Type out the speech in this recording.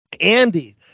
Andy